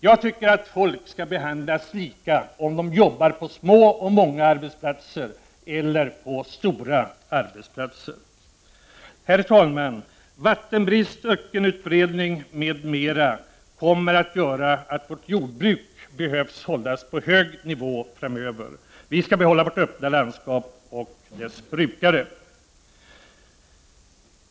Jag tycker att folk skall behandlas lika vare sig de arbetar på små, många arbetsplatser eller på stora arbetsplatser. Herr talman! Vattenbrist, ökenutbredning m.m. kommer att göra att vårt jordbruk behöver hållas på hög nivå framöver. Vi skall behålla vårt öppna landskap och dess brukare.